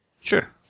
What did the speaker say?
Sure